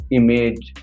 image